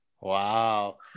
Wow